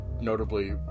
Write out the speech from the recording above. notably